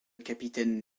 capitaine